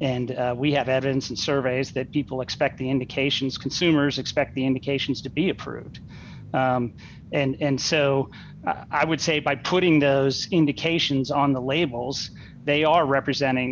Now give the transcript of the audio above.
and we have evidence and surveys that people expect the indications consumers expect the indications to be approved and so i would say by putting those indications on the labels they are representing